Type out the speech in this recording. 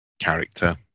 character